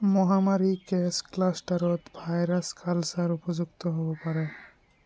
মহামাৰী কেছ ক্লাষ্টাৰত virus culture উপযুক্ত হ'ব পাৰে